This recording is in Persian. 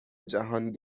جهان